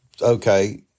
okay